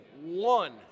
one